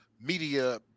media